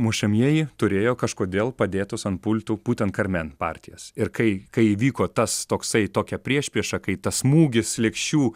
mušamieji turėjo kažkodėl padėtus ant pultų būtent karmen partijas ir kai kai įvyko tas toksai tokia priešprieša kai tas smūgis lėkščių